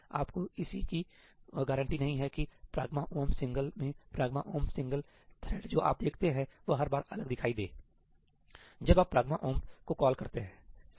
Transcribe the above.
आपको इस की कोई गारंटी नहीं है कि 'pragma omp single" pragma omp single' मे 'pragma omp single" pragma omp single' threads जो आप देखते है वह हर बार अलग दिखाई दे जब आप 'pragma omp single" pragma omp single' को कॉल करते हैं सही